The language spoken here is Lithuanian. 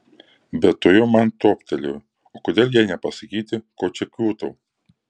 bet tuojau man toptelėjo o kodėl jai nepasakyti ko čia kiūtau